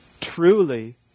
truly